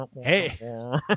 Hey